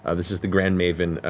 ah this is the grand maven,